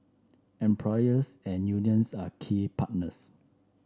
employers and unions are key partners